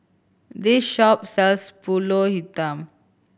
this shop sells Pulut Hitam